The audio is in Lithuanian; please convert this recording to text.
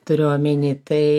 turiu omeny tai